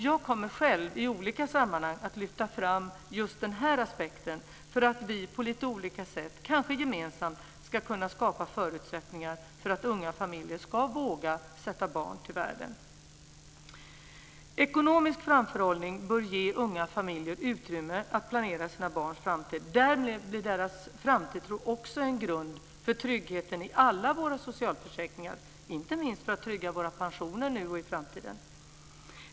Jag kommer själv i olika sammanhang att lyfta fram just den här aspekten för att vi på lite olika sätt och kanske gemensamt ska kunna skapa förutsättningar för att unga familjer ska våga sätta barn till världen. Ekonomisk framförhållning bör ge unga familjer utrymme att planera sina barns framtid. Därmed blir deras framtidstro en grund för tryggheten i alla våra socialförsäkringar, inte minst när det gäller att trygga våra pensioner nu och i framtiden.